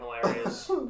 hilarious